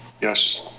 Yes